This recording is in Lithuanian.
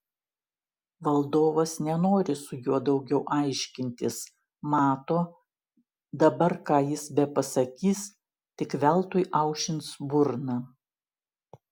valdovas nenori su juo daugiau aiškintis mato dabar ką jis bepasakys tik veltui aušins burną